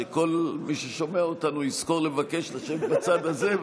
שכל מי ששומע אותנו יזכור לבקש לשבת בצד הזה,